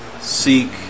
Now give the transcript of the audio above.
seek